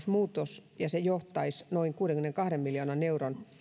muutos johtaisi noin kuudenkymmenenkahden miljoonan euron